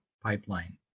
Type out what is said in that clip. pipeline